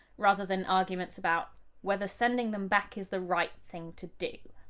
rather than arguments about whether sending them back is the right thing to do.